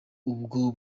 ubwo